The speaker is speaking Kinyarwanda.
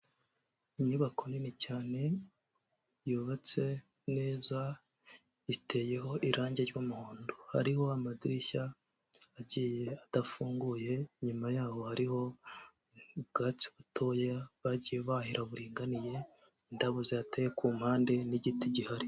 Inyubako nini cyane yubatse neza, iteyeho irange ry'umuhondo. Hariho amadirishya agiye adafunguye, inyuma yaho hariho ubwatsi gatoya bagiye bahira buringaniye, indabo zihateye ku mpande n'igiti gihari.